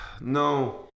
No